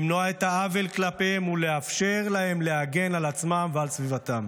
למנוע את העוול כלפיהם ולאפשר להם להגן על עצמם ועל סביבתם.